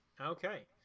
Okay